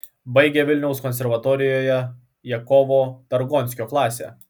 baigė vilniaus konservatorijoje jakovo targonskio klasę